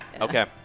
Okay